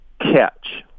catch